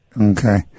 okay